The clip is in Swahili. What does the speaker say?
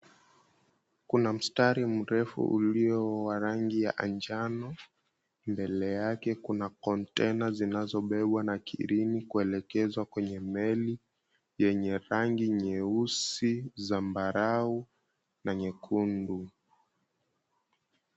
Kuna mstari mrefu ulio wa rangi ya njano, mbele yake kuna kontena zinazobebwa na kreni kuelekea kwenye meli yenye rangi nyeusi, zambarau na nyekundu.